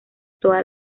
todas